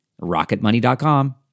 rocketmoney.com